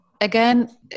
again